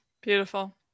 Beautiful